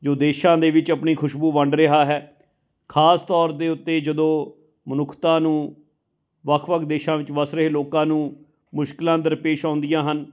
ਜੋ ਦੇਸ਼ਾਂ ਦੇ ਵਿੱਚ ਆਪਣੀ ਖੁਸ਼ਬੂ ਵੰਡ ਰਿਹਾ ਹੈ ਖਾਸ ਤੌਰ ਦੇ ਉੱਤੇ ਜਦੋਂ ਮਨੁੱਖਤਾ ਨੂੰ ਵੱਖ ਵੱਖ ਦੇਸ਼ਾਂ ਵਿੱਚ ਵਸ ਰਹੇ ਲੋਕਾਂ ਨੂੰ ਮੁਸ਼ਕਿਲਾਂ ਦਰਪੇਸ਼ ਆਉਂਦੀਆਂ ਹਨ